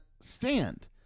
stand